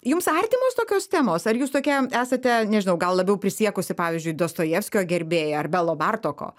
jums artimos tokios temos ar jūs tokia esate nežinau gal labiau prisiekusi pavyzdžiui dostojevskio gerbėja ar belo bartoko